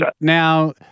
Now